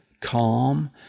Calm